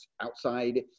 outside